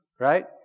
Right